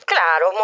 Claro